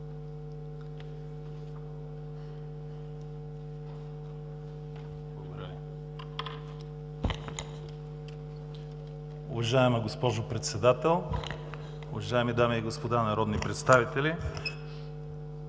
Уважаема госпожо Председател, уважаеми дами и господа народни представители!